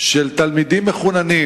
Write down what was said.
של תלמידים מחוננים